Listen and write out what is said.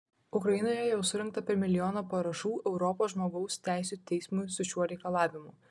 ukrainoje jau surinkta per milijoną parašų europos žmogaus teisių teismui su šiuo reikalavimu